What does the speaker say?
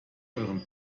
euren